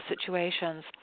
situations